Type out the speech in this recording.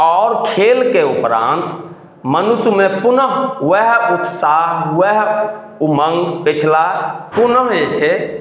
आओर खेलके उपरान्त मनुष्यमे पुनः वएह उत्साह वएह उमङ्ग पछिला पुनः जे छै